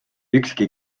ükski